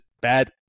bad